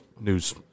news